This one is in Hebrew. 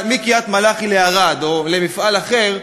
מקריית-מלאכי לערד, או למפעל אחר,